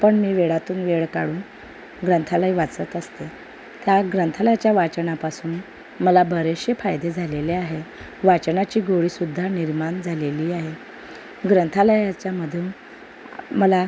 पण मी वेळातून वेळ काढून ग्रंथालय वाचत असते त्या ग्रंथालयाच्या वाचनापासून मला बरेचसे फायदे झालेले आहेत वाचनाची गोडीसुद्धा निर्माण झालेली आहे ग्रंथालयाच्यामधून मला